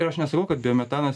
ir aš nesakau kad biometanas